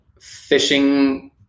fishing